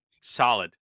Solid